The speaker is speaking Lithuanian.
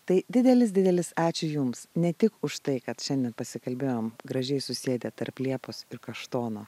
tai didelis didelis ačiū jums ne tik už tai kad šiandien pasikalbėjom gražiai susėdę tarp liepos ir kaštono